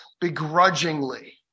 begrudgingly